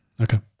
Okay